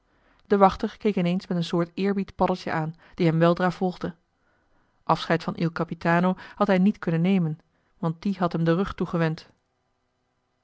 de wachter keek ineens met een soort eerbied paddeltje aan die hem weldra volgde afscheid van il capitano had hij niet kunnen nemen want die had hem den rug toegewend